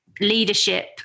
leadership